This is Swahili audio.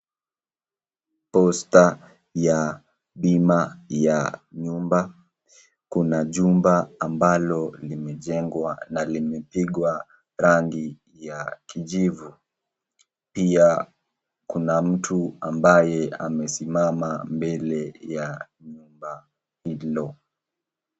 Posta ya bima ya nyumba, kuna jumba ambalo limejengwa na limepigwa rangi ya kijivu pia kuna mtu ambaye amesimama mbele ya nyumba hilo.